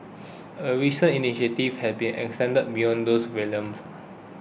a recent initiative has extended beyond those realms